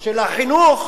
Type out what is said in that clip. של החינוך,